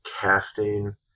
casting